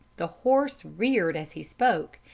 the horse reared as he spoke,